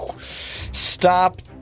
Stop